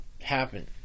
happen